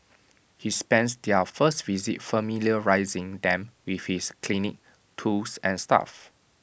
he spends their first visit familiarising them with his clinic tools and staff